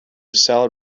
solid